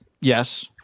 Yes